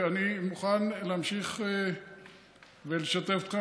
אני מוכן להמשיך ולשתף כאן,